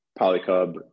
Polycub